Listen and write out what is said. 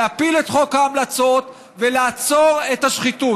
להפיל את חוק ההמלצות ולעצור את השחיתות.